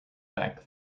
back